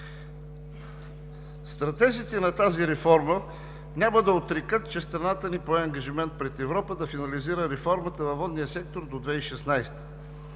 Стратезите на тази реформа няма да отрекат, че страната ни пое ангажимент пред Европа да финализира реформата във водния сектор до 2016